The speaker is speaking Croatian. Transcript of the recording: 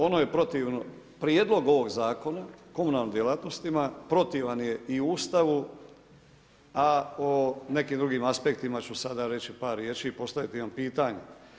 Ono je protivno Prijedlog ovog zakona o komunalnim uslugama, protivan je i Ustavu, a o nekim drugim aspektima ću sada reći par riječi i postaviti vam pitanje.